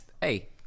Hey